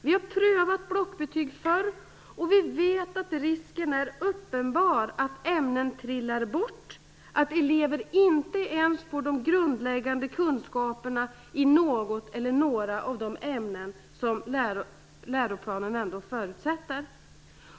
Vi har prövat blockbetyg förr, och vi vet att risken är uppenbar att ämnen trillar bort, att elever inte ens får de grundläggande kunskaperna i något eller några av de ämnen som läroplanen förutsätter.